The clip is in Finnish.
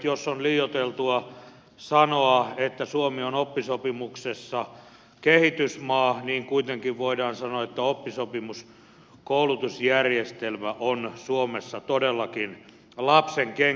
jos on liioiteltua sanoa että suomi on oppisopimuksessa kehitysmaa niin kuitenkin voidaan sanoa että oppisopimuskoulutusjärjestelmä on suomessa todellakin lapsenkengissä